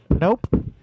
Nope